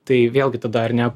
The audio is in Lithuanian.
tai vėlgi tada dar ne